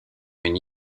une